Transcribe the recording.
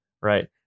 Right